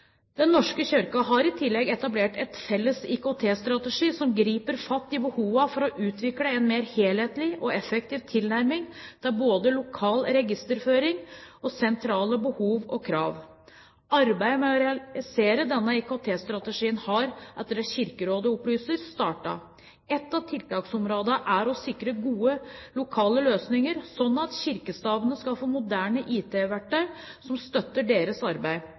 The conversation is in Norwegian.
Den norske kirke har i tillegg etablert en felles IKT-strategi, som griper fatt i behovene for å utvikle en mer helhetlig og effektiv tilnærming til både lokal registerføring og sentrale behov og krav. Arbeidet med å realisere denne IKT-strategien har – etter det Kirkerådet opplyser – startet. Ett av tiltaksområdene er å sikre gode lokale løsninger, slik at kirkestabene skal få moderne IT-verktøy som støtter deres arbeid.